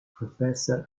professor